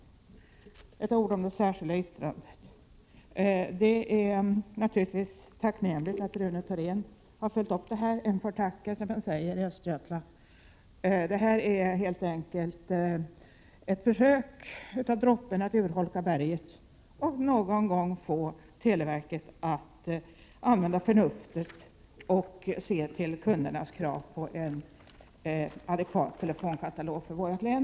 Så ett par ord om det särskilda yttrandet. Det är naturligtvis tacknämligt att Rune Thorén har följt upp motionsförslaget om en bättre telefonkatalog för abonnenterna i Östergötlands län. En får tacke, som en säger i Östergötland. Det är helt enkelt ett försök att få droppen att urholka stenen, dvs. att någon gång få televerket att använda förnuftet och se till kundernas krav på en adekvat telefonkatalog för vårt län.